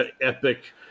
epic